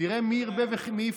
תראה מי ירבה ומי יפרוץ.